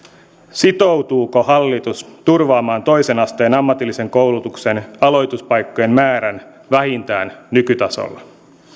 sitoutuuko hallitus turvaamaan toisen asteen ammatillisen koulutuksen aloituspaikkojen määrän vähintään nykytasolla